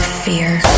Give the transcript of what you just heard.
fear